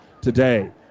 today